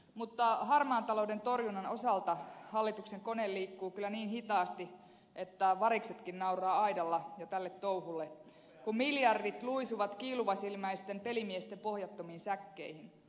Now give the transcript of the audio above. mutta harmaan talouden torjunnan osalta hallituksen kone liikkuu kyllä niin hitaasti että variksetkin nauravat aidalla jo tälle touhulle kun miljardit luisuvat kiiluvasilmäisten pelimiesten pohjattomiin säkkeihin